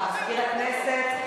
מזכיר הכנסת.